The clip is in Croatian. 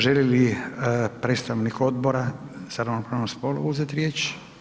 Želi li predstavnik Odbora za ravnopravnost spolova uzeti riječ?